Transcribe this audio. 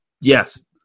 yes